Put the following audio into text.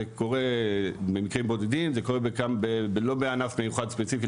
זה קורה במקרים בודדים ולא בענף מיוחד ספציפי.